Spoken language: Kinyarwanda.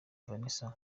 vanessa